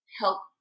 help